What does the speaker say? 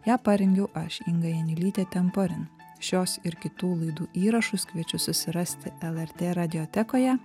ją parengiau aš inga janiulytė temporin šios ir kitų laidų įrašus kviečiu susirasti lrt radiotekoje